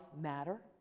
matter